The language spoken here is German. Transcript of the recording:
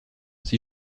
sie